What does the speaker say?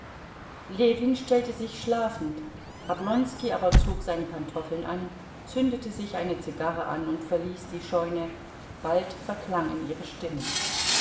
ljewin stellte sich schlafend oblonski aber zog seine pantoffeln an zündete sich eine zigarre an und verließ die scheune bald verklangen ihre stimmen